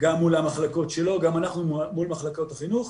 מול המחלקות שלו וגם אנחנו מול מחלקות החינוך,